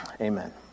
Amen